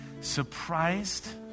surprised